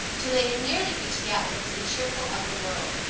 till they had nearly reached the outlet into the cheerful upper world,